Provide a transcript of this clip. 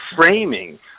framing